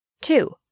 Two